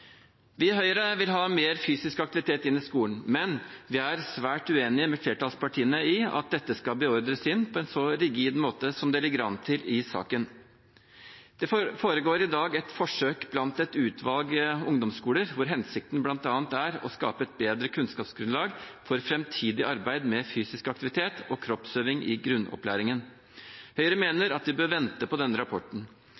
Vi i Høyre vil ha mer fysisk aktivitet inn i skolen, men vi er svært uenige med flertallspartiene i at dette skal beordres inn på en så rigid måte som det ligger an til i saken. Det foregår i dag et forsøk blant et utvalg ungdomsskoler hvor hensikten bl.a. er å skape et bedre kunnskapsgrunnlag for framtidig arbeid med fysisk aktivitet og kroppsøving i grunnopplæringen. Høyre